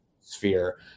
sphere